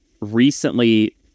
recently